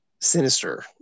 sinister